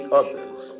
others